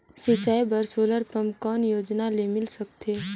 सिंचाई बर solar pump कौन योजना ले मिल सकथे?